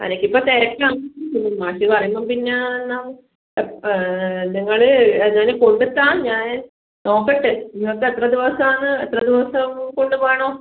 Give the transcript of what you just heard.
അനക്ക് ഇപ്പോൾ തിരക്കാണ് മാഷ് പറയുമ്പോൾ പിന്നെ എന്നാൽ അപ്പോൾ നിങ്ങൾ അത് ഇവിടെ കൊടുത്താൽ ഞാൻ നോക്കട്ടെ നിങ്ങൾക്ക് എത്ര ദിവസമാണ് എത്ര ദിവസം കൊണ്ട് വേണം